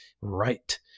right